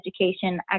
education